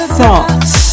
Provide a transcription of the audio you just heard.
thoughts